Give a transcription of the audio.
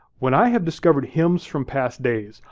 when i have discovered hymns from past days,